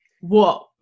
whoa